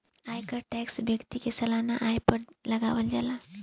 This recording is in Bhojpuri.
आयकर टैक्स व्यक्ति के सालाना आय पर लागावल जाला